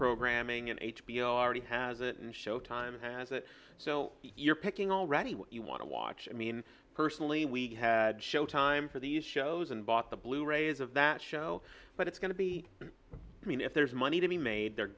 programming and h b o already has it and showtime has it so you're picking already what you want to watch i mean personally we had showtime for these shows and bought the blu rays of that show but it's going to be i mean if there's money to be made the